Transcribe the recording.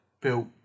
built